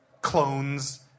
clones